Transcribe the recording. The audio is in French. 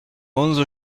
onze